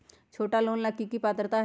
छोटा लोन ला की पात्रता है?